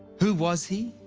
who was he?